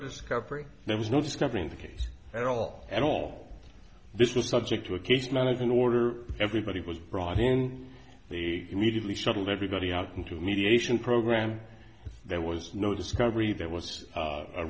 discovery there was no discovery in the case at all and all this was subject to a case manager in order everybody was brought in the immediately shuttle everybody out into mediation program there was no discovery that was